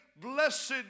blessed